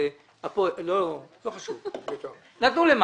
למה נתנו?